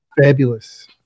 Fabulous